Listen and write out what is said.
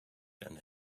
and